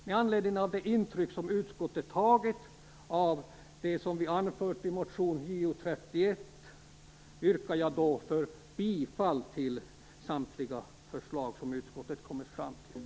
Med anledning av det intryck som utskottet har tagit av det som vi har anfört i motion Jo31 yrkar jag bifall till samtliga förslag som utskottet kommit fram till.